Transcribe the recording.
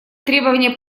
требования